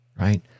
right